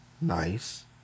Nice